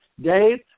Dave